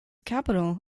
capital